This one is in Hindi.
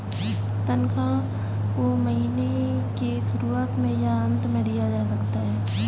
तन्ख्वाह को महीने के शुरुआत में या अन्त में दिया जा सकता है